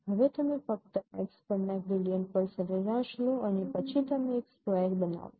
હવે તમે ફક્ત x પરના ગ્રેડીંટ પર સરેરાશ લો અને પછી તમે એક સ્કવેર બનાવો